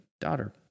daughter